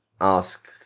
ask